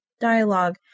dialogue